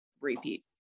repeat